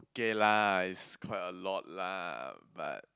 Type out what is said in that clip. okay lah it's quite a lot lah but